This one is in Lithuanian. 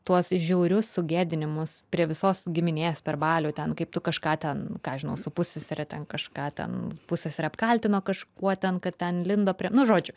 tuos žiaurius sugėdinimas prie visos giminės per balių ten kaip tu kažką ten ką žinau su pussesere ten kažką ten pusseserė apkaltino kažkuo ten kad ten lindo prie nu žodžiu